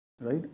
right